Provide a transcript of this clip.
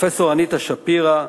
לפרופסור אניטה שפירא,